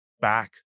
back